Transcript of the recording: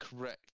correct